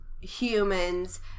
humans